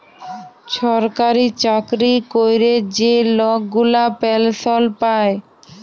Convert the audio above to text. ছরকারি চাকরি ক্যরে যে লক গুলা পেলসল পায়